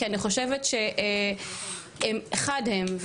כי אני חושבת שחד הם,